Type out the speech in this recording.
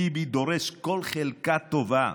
ביבי דורס כל חלקה טובה.